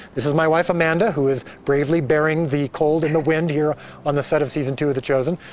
this is my wife, amanda, who is bravely bearing the cold and the wind here on the set of season two of, the chosen.